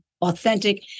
authentic